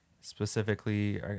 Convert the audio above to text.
specifically